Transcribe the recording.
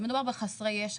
מדובר בחסרי ישע,